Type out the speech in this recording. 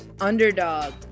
Underdog